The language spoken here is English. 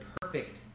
perfect